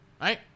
right